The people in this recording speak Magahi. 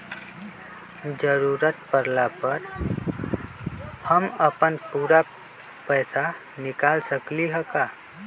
जरूरत परला पर हम अपन पूरा पैसा निकाल सकली ह का?